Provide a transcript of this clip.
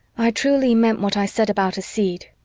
i truly meant what i said about a seed,